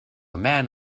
man